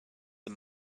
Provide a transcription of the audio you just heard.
and